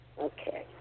Okay